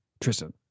Tristan